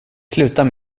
slutade